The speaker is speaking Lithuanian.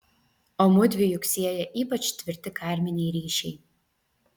o mudvi juk sieja ypač tvirti karminiai ryšiai